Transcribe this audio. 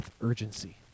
urgency